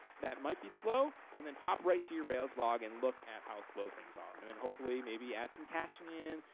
that might be slow and then pop right to your rails log and look at how slow things are. and then hopefully maybe add some caching in,